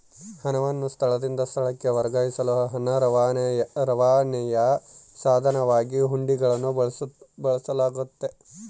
ಹಣವನ್ನು ಸ್ಥಳದಿಂದ ಸ್ಥಳಕ್ಕೆ ವರ್ಗಾಯಿಸಲು ಹಣ ರವಾನೆಯ ಸಾಧನವಾಗಿ ಹುಂಡಿಗಳನ್ನು ಬಳಸಲಾಗ್ತತೆ